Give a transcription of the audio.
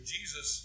Jesus